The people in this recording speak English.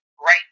right